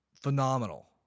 phenomenal